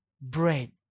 bread